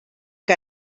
que